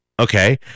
Okay